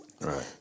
Right